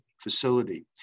facility